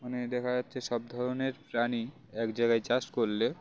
মানে দেখা যাচ্ছে সব ধরনের প্রাণী এক জায়গায় চাষ করলে